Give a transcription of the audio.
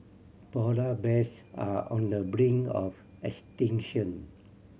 polar bears are on the brink of extinction